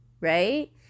Right